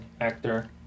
actor